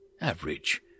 average